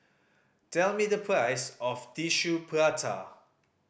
tell me the price of Tissue Prata